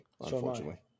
unfortunately